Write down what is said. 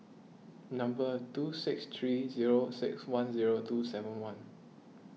number two six three zero six one zero two seven one